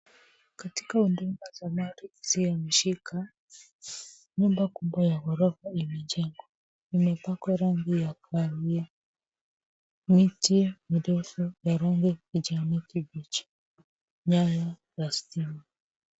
Katika huduma za mali isiyohamishika, nyumba kubwa ya ghorofa imejengwa. Imepakwa rangi ya kahawia, miti mirefu ya rangi ya kijani kibichi, nyaya za stima.